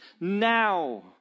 now